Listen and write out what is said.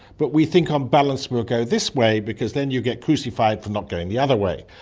but we think on balance we'll go this way because then you get crucified for not going the other way.